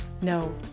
No